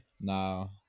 No